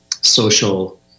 social